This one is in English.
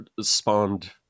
spawned